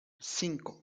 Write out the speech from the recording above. cinco